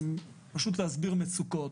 להסביר מצוקות.